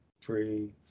three